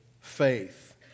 faith